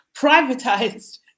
privatized